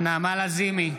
נעמה לזימי,